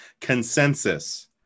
Consensus